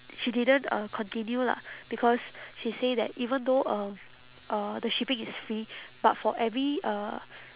she didn't uh continue lah because she say that even though um uh the shipping is free but for every uh